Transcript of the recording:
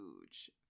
huge